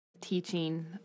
teaching